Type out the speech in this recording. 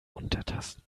untertassen